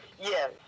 Yes